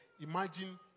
Imagine